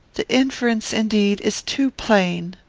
the inference, indeed, is too plain.